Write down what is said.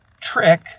Trick